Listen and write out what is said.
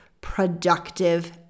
productive